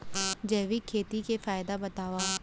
जैविक खेती के फायदा बतावा?